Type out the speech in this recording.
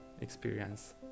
experience